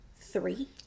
three